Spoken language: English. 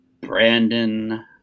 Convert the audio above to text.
Brandon